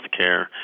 healthcare